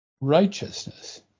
righteousness